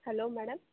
hello madam